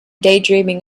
daydreaming